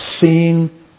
Seeing